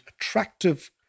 attractive